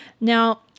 now